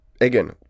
again